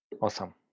Awesome